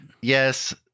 yes